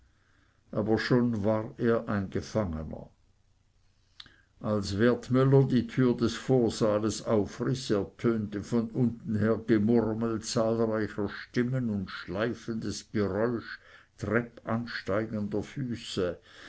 aber schon war er ein gefangener als wertmüller die türe des vorsaales aufriß ertönte von unten her gemurmel zahlreicher stimmen und schleifendes geräusch treppansteigender füße